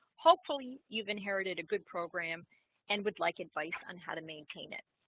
hopefully you've inherited a good program and would like advice on how to maintain it